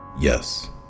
Yes